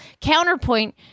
Counterpoint